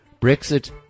Brexit